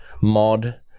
mod